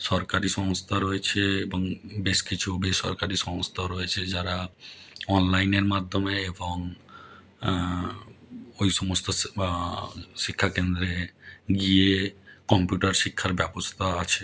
সরকারি সংস্থা রয়েছে এবং বেশ কিছু বেসরকারি সংস্থাও রয়েছে যারা অনলাইনের মাধ্যমে এবং ওই সমস্ত স শিক্ষা কেন্দ্রে গিয়ে কম্পিউটার শিক্ষার ব্যবস্তা আছে